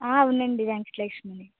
ఆ అవునండి వెంకటలక్ష్మినే